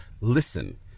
listen